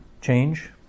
Change